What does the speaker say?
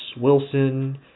Wilson